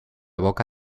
boca